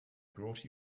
brought